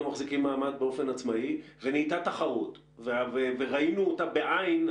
מחזיקים מעמד באופן עצמאי והייתה תחרות וראינו אותה בעין.